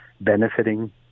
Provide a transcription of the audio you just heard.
benefiting